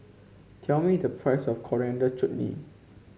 tell me the price of Coriander Chutney